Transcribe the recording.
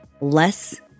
Less